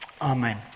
Amen